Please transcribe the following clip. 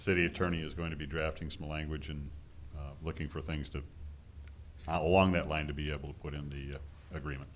city attorney is going to be drafting some language and looking for things to along that line to be able to put in the agreement